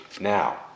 now